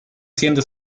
siendo